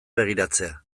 begiratzea